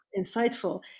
insightful